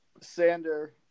Sander